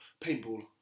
paintball